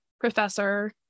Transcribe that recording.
professor